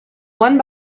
one